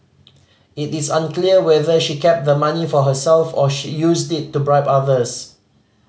it is unclear whether she kept the money for herself or she used it to bribe others